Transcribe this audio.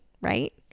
right